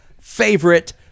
favorite